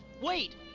Wait